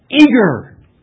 eager